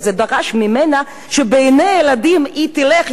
דרש ממנה שלעיני הילדים היא תלך יחד